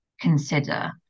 consider